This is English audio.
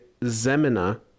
Zemina